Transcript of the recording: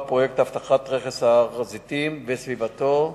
פרויקט אבטחת רכס הר-הזיתים וסביבתו,